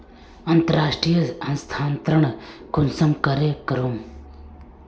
अंतर्राष्टीय स्थानंतरण कुंसम करे करूम?